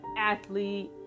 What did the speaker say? athlete